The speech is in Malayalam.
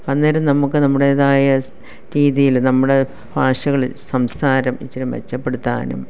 അന്നേരം നമുക്ക് നമ്മുടേതായ രീതിയില് നമ്മുടെ ഭാഷകള് സംസാരം ഇച്ചിരി മെച്ചപ്പെടുത്താനും